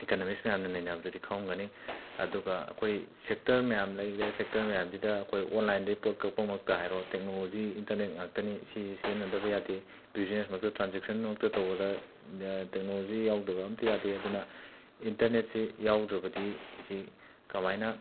economics ꯃꯌꯥꯝꯅ ꯅꯩꯅꯕꯗꯤ ꯈꯪꯂꯝꯒꯅꯤ ꯑꯗꯨꯒ ꯑꯩꯈꯣꯏ ꯁꯦꯛꯇꯔ ꯃꯌꯥꯝ ꯂꯩꯒ꯭ꯔꯦ ꯁꯦꯛꯇꯔ ꯃꯌꯥꯝꯁꯤꯗ ꯑꯩꯈꯣꯏ ꯑꯣꯟꯂꯥꯏꯟꯗꯒꯤ ꯄꯣꯠ ꯀꯛꯄꯃꯛꯇ ꯍꯥꯏꯔꯣ ꯇꯦꯛꯅꯣꯂꯣꯖꯤ ꯏꯟꯇꯔꯅꯦꯠ ꯉꯥꯛꯇꯅꯤ ꯁꯤ ꯁꯤꯖꯤꯟꯅꯗꯕ ꯌꯥꯗꯦ ꯕꯨꯖꯤꯅꯦꯁꯃꯛꯇ ꯇ꯭ꯔꯥꯟꯖꯦꯛꯁꯟ ꯃꯛꯇ ꯇꯧꯕꯗ ꯇꯦꯛꯅꯣꯂꯣꯖꯤ ꯌꯥꯎꯗꯕ ꯑꯃꯠꯇ ꯌꯥꯗꯦ ꯑꯗꯨꯅ ꯏꯟꯇꯔꯅꯦꯠꯁꯦ ꯌꯥꯎꯗ꯭ꯔꯕꯗꯤ ꯁꯤ ꯀꯃꯥꯏꯅ